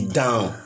down